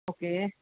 okay